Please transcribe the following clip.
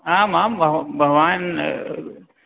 आम् आम् भवान्